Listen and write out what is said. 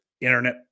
internet